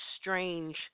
strange